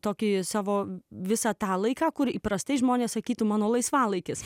tokį savo visą tą laiką kur įprastai žmonės sakytų mano laisvalaikis